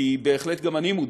כי בהחלט, גם אני מודאג